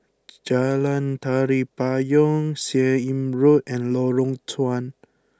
Jalan Tari Payong Seah Im Road and Lorong Chuan